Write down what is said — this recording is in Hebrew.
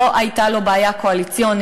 לא הייתה לו בעיה קואליציונית,